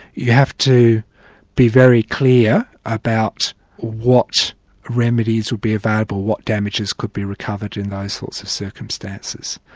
you have to be very clear about what remedies would be available, what damages could be recovered in those sorts of circumstances.